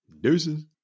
Deuces